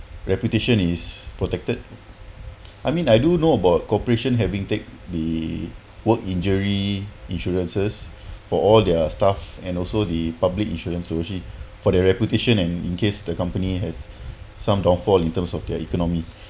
reputation is protected I mean I do know about cooperation having take the work injury insurances for all their staff and also the public insurance policy for their reputation and in case the company has some downfall in terms of their economy